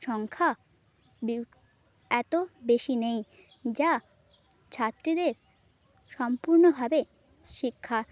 সংখ্যা এত বেশি নেই যা ছাত্রীদের সম্পূর্ণভাবে শিক্ষা